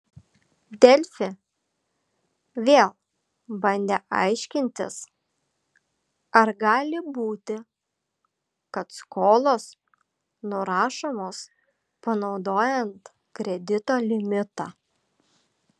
delfi vėl bandė aiškintis ar gali būti kad skolos nurašomos panaudojant kredito limitą